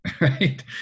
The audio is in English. Right